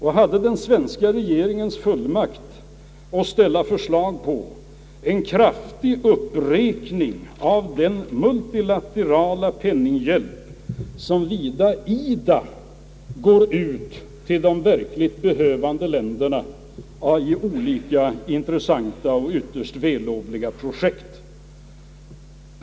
Han hade den svenska regeringens fullmakt att ställa förslag om en kraftig uppräkning av den multilaterala penninghjälp som via IDA går ut till de verkligt behövande länderna i olika intressanta och ytterst vällovliga projekt.